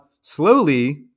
slowly